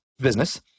business